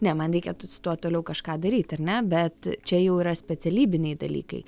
ne man reikia su tuo toliau kažką daryt ar ne bet čia jau yra specialybiniai dalykai